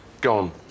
Gone